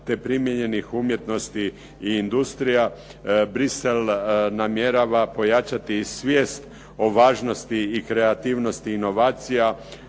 te primijenjenih umjetnosti i industrija Bruxelles namjerava pojačati svijest o važnosti i kreativnosti inovacija